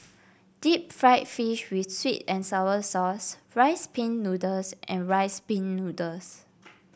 Deep Fried Fish with sweet and sour sauce Rice Pin Noodles and Rice Pin Noodles